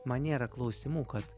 man nėra klausimų kad